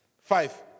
Five